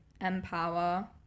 Empower